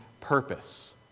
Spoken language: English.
purpose